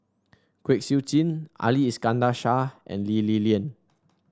Kwek Siew Jin Ali Iskandar Shah and Lee Li Lian